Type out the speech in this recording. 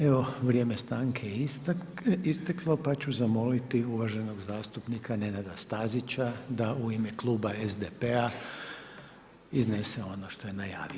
Evo vrijeme stanke je isteklo, pa ću zamoliti uvaženog zastupnika Nenada Stazića da u ime kluba SDP-a iznees ono što je najavio.